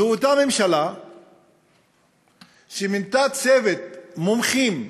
זו אותה ממשלה שמינתה צוות מומחים שלה,